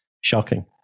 shocking